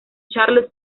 charles